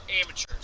amateurs